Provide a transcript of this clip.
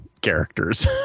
characters